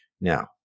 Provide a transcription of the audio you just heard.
Now